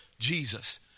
Jesus